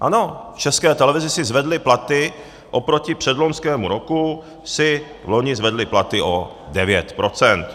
Ano, v České televizi si zvedli platy, oproti předloňskému roku si loni zvedli platy o 9 %.